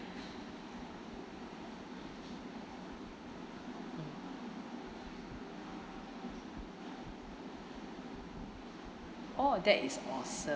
oh that is awesome